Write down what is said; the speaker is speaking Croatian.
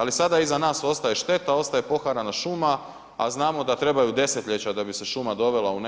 Ali sada iza nas ostaje šteta, ostaje poharana šuma a znamo da trebaju desetljeća da bi se šuma dovela u